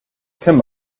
come